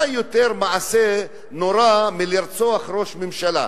מה יותר מעשה נורא מלרצוח ראש ממשלה?